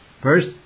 First